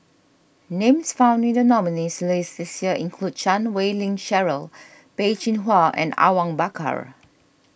names found in the nominees' list this year include Chan Wei Ling Cheryl Peh Chin Hua and Awang Bakar